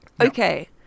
Okay